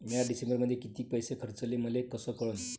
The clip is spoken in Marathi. म्या डिसेंबरमध्ये कितीक पैसे खर्चले मले कस कळन?